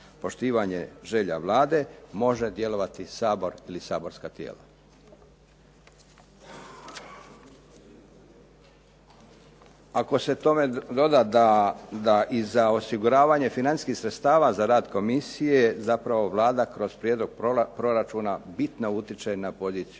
poštivanje želja Vlade, može djelovati Sabor ili saborska tijela. Ako se tome doda da i za osiguravanje financijskih sredstava za rad komisije, zapravo Vlada kroz prijedlog proračuna bitno utiče na poziciju